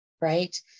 right